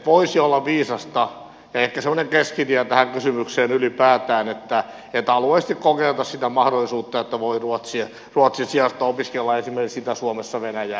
voisi olla viisasta ja ehkä sellainen keskitie tähän kysymykseen ylipäätään että alueellisesti kokeiltaisiin sitä mahdollisuutta että voi ruotsin sijasta opiskella esimerkiksi itä suomessa venäjää